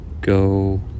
go